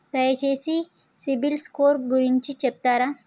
దయచేసి CIBIL score గురించి చెప్తరా?